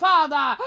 Father